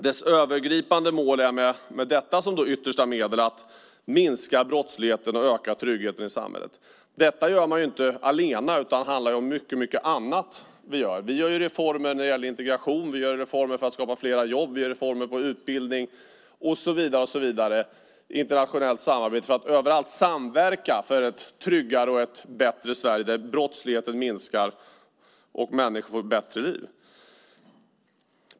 Det övergripande målet är att minska brottsligheten och öka tryggheten i samhället. Det är inte endast detta som görs. Vi gör reformer när det gäller integration. Vi gör reformer för att skapa fler jobb. Vi gör reformer inom utbildning och vi har ett internationellt samarbete för att samverka för ett tryggare och bättre Sverige där brottsligheten minskar och människor får ett bättre liv.